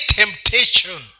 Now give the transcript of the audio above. temptation